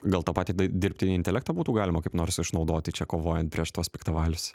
gal tą patį dai dirbtinį intelektą būtų galima kaip nors išnaudoti čia kovojant prieš tuos piktavalius